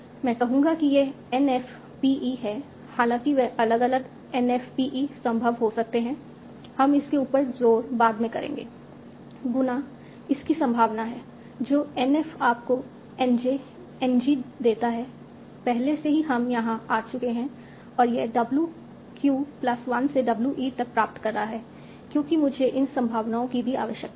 मैं कहूंगा कि यह N f p e है हालांकि वे अलग अलग N f p e संभव हो सकते हैं हम उसके ऊपर जोड़ बाद में करेंगे गुना इसकी संभावना जो N f आपको N j N g देता है पहले से ही हम यहां आ चुके हैं और यह W q प्लस 1 से W e तक प्राप्त कर रहा है क्योंकि मुझे इन संभावनाओं की भी आवश्यकता है